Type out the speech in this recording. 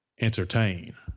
entertain